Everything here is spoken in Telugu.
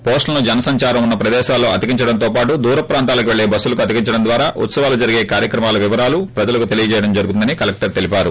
పోస్టర్లను జన సంచరం ఉన్న ప్రదేశాల్లో అతికించడంతో పాటు దూర ప్రాంతాలకుపెళ్లే బస్సులకు అతింకించడం ద్వారా ఉత్సవాలు జరిగే కార్యక్రమాల వివరాలు ప్రజలకు తెలియజేడం జరుగుతుందని కలెక్టర్ తెలిపారు